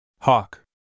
Hawk